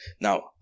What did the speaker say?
Now